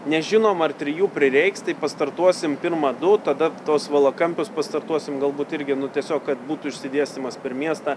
nežinom ar trijų prireiks tai pastartuosim pirma du tada tuos valakampius pastartuosim galbūt irgi nu tiesiog kad būtų išsidėstymas per miestą